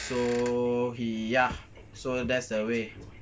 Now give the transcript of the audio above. so he ya so that's the way